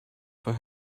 for